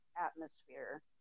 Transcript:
atmosphere